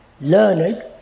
learned